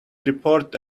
report